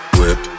whip